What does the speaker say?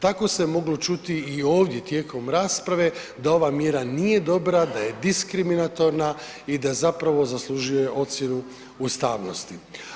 Tako se moglo čuti i ovdje tijekom rasprave, da ova mjera nije dobra, da je diskriminatorna i da zapravo zaslužuje ocjenu ustavnosti.